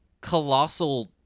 colossal